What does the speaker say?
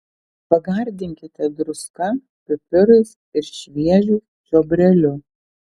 pagardinkite druska pipirais ir šviežiu čiobreliu